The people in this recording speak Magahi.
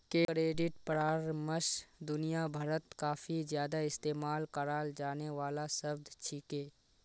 क्रेडिट परामर्श दुनिया भरत काफी ज्यादा इस्तेमाल कराल जाने वाला शब्द छिके